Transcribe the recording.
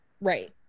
right